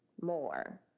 more